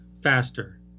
faster